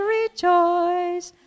rejoice